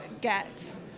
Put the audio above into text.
get